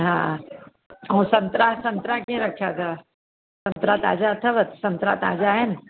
हा ऐं संतरा संतरा कीअं रखिया अथव संतरा ताज़ा अथव संतरा ताज़ा आहिनि